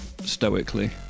stoically